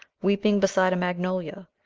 weeping beside a magnolia,